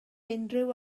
unrhyw